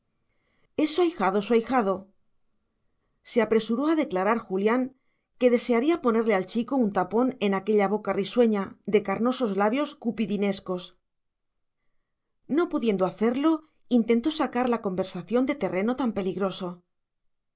ahijado eh es su ahijado su ahijado se apresuró a declarar julián que desearía ponerle al chico un tapón en aquella boca risueña de carnosos labios cupidinescos no pudiendo hacerlo intentó sacar la conversación de terreno tan peligroso